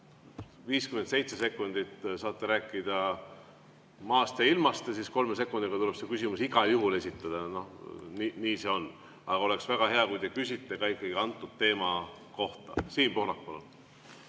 57 sekundit saate rääkida maast ja ilmast ja siis kolme sekundiga tuleb see küsimus igal juhul esitada. Nii see on. Aga oleks väga hea, kui te küsite ikkagi antud teema kohta. Siim Pohlak,